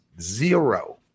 Zero